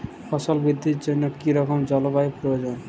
ফসল বৃদ্ধির জন্য কী রকম জলবায়ু প্রয়োজন?